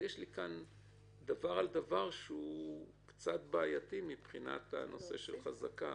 יש לי כאן דבר על דבר שהוא קצת בעייתי מבחינת הנושא של חזקה.